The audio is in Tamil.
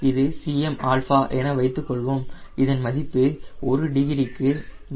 இது Cm என வைத்துக்கொள்வோம் இதன் மதிப்பு ஒரு டிகிரிக்கு மைனஸ் 0